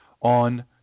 on